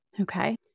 okay